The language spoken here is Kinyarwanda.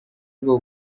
rwo